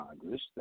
Congress